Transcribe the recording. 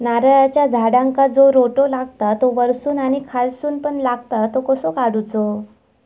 नारळाच्या झाडांका जो रोटो लागता तो वर्सून आणि खालसून पण लागता तो कसो काडूचो?